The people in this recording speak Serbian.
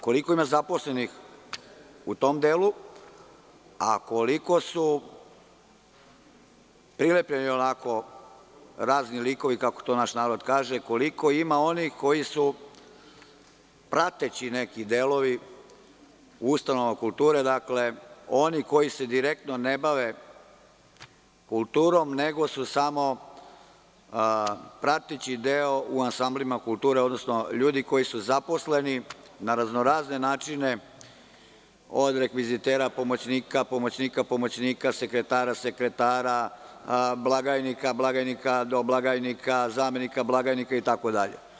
Koliko ima zaposlenih u tom delu, a koliko su prilepljeni razni likovi, kako to naš narod kaže, koliko ima onih koji su neki prateći delovi u ustanovama kulture, dakle, oni koji se direktno ne bave kulturom, nego su samo prateći deo u ansamblima kulture, odnosno ljudi koji su zaposleni na razne načine, od rekvizitera, pomoćnika pomoćnika, sekretara sekretara, blagajnika blagajnika, doblagajnika, zamenika blagajnika itd?